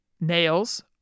Nails